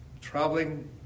traveling